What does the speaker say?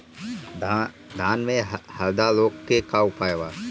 धान में हरदा रोग के का उपाय बा?